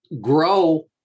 grow